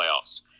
playoffs